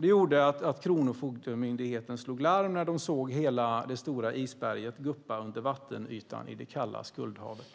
Det gjorde att Kronofogdemyndigheten slog larm när de såg hela det stora isberget guppa under vattenytan i det kalla skuldhavet.